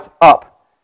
up